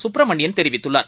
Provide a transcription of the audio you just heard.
சுப்பிரமணியன் தெரிவித்துள்ளார்